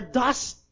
dust